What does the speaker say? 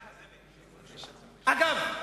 אגב,